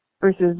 versus